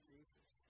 Jesus